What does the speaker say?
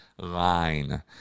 line